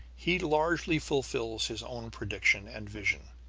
he largely fulfils his own prediction and vision.